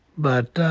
but